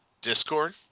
Discord